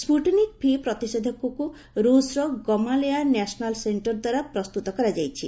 Sputnik V ପ୍ରତିଷେଧକକୁ ରୁଷ୍ର Gamaleya national ସେକ୍ଷର ଦ୍ୱାରା ପ୍ରସ୍ତୁତ କରାଯାଇଛି